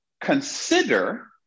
consider